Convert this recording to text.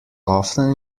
often